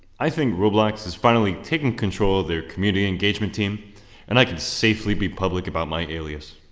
i think roblox has finally taken control of their community engagement team and i can safely be public about my alias.